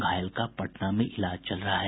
घायल का पटना में इलाज चल रहा है